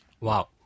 Wow